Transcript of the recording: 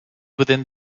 within